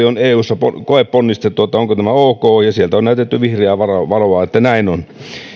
on eussa koeponnistettu että onko tämä ok ja sieltä on näytetty vihreää valoa valoa että näin on